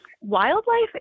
Wildlife